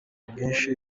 ubwinshi